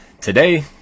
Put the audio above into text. today